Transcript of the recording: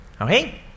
okay